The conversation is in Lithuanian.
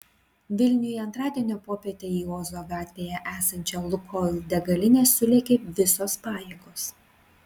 vilniuje antradienio popietę į ozo gatvėje esančią lukoil degalinę sulėkė visos pajėgos